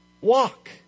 Walk